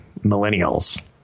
millennials